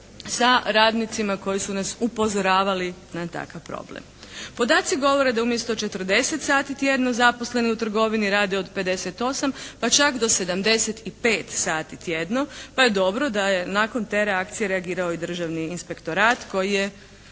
sa radnicima koji su nas upozoravali na takav problem. Podaci govore da umjesto 40 sati tjedno zaposleni u trgovini rade od 58 pa čak do 75 sati tjedno pa je dobro da je nakon te reakcije reagirao i Državni inspektorat koji je